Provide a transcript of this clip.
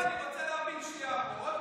אני רוצה להבין שנייה פה.